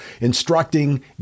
instructing